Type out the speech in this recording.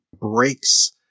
breaks